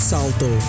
Salto